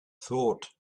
thought